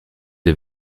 les